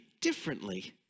differently